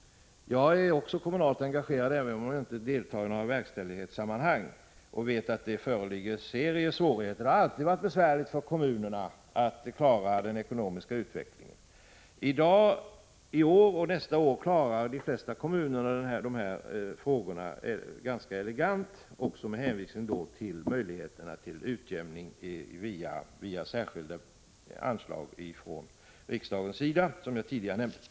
Jag är också kommunalt engagerad, även om jag inte deltar i några verkställighetssammanhang, och jag vet att det föreligger en serie svårigheter. Det har alltid varit besvärligt för kommunerna att klara den ekonomiska utvecklingen. I år och nästa år klarar de flesta kommuner de här frågorna ganska elegant — också med hänsyn till möjligheterna till utjämning via särskilda anslag från riksdagens sida, som jag tidigare nämnde.